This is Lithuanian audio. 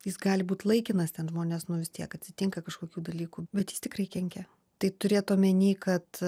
jis gali būt laikinas ten žmonės nu vis tiek atsitinka kažkokių dalykų bet jis tikrai kenkia tai turėt omeny kad